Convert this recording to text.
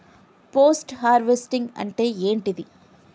Post harvesting అంటే ఏంటిది?